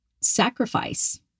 sacrifice